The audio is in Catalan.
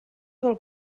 del